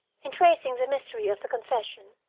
in tracing the mystery of the confession,